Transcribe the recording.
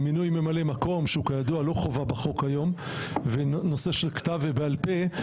להצעת החוק במקום 'ועל בסיס אחד משני אלה בלבד'